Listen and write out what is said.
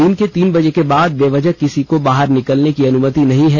दिन के तीन बजे के बाद बेवजह किसी को बाहर निकलने की अनुमति नहीं है